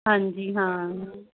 ਹਾਂਜੀ ਹਾਂ